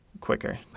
quicker